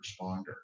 responder